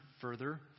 further